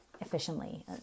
efficiently